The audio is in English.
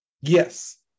Yes